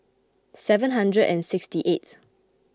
seven hundred and sixty eighth